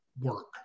work